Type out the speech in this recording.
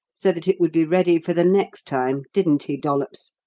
so that it would be ready for the next time, didn't he, dollops?